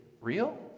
real